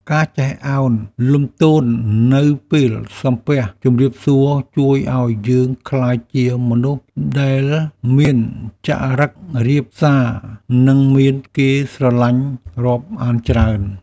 ការចេះឱនលំទោននៅពេលសំពះជម្រាបសួរជួយឱ្យយើងក្លាយជាមនុស្សដែលមានចរិតរាបសារនិងមានគេស្រឡាញ់រាប់អានច្រើន។